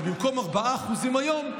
אבל במקום 4% היום,